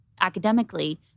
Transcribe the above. academically